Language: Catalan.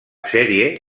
sèrie